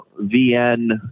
VN